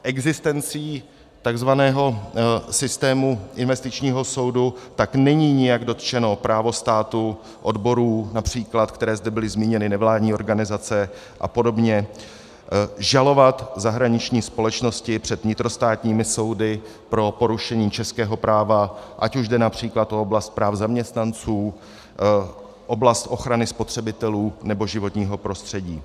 Existencí tzv. systému investičního soudu tak není nijak dotčeno právo státu, odborů například, které zde byly zmíněny, nevládních organizací a podobně žalovat zahraniční společnosti před vnitrostátními soudy pro porušení českého práva, ať už jde například o oblast práv zaměstnanců, oblast ochrany spotřebitelů nebo životního prostředí.